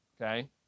okay